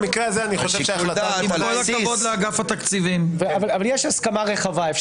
במקרה הזה אני חושב- -- אבל יש הסכמה רחבה על